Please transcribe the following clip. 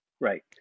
right